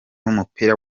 w’umupira